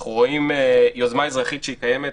אנחנו רואים יוזמה אזרחית שקיימת.